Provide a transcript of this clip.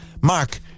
Mark